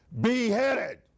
beheaded